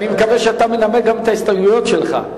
אני מקווה שאתה מנמק גם את ההסתייגויות שלך,